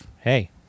Hey